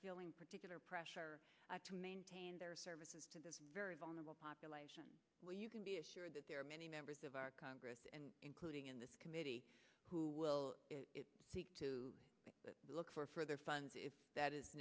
feeling particular pressure to maintain their services to this very vulnerable population where you can be assured that there are many members of our congress and including in this committee who will seek to look for further funds if that is